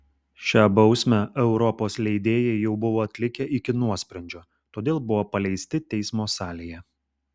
šią bausmę europos leidėjai jau buvo atlikę iki nuosprendžio todėl buvo paleisti teismo salėje